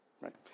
right